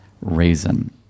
reason